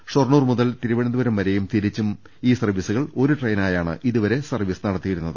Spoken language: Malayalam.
ഷൊർണൂർ മുതൽ തിരുവനന്ത പുരം വരേയും തിരിച്ചും ഈ സർവീസുകൾ ഒരു ട്രെയിനായാണ് ഇതുവരെ സർവീസ് നടത്തിയിരുന്നത്